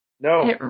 no